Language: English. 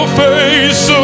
face